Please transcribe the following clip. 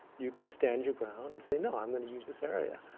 you can stand your ground and say, no, i'm going use this area.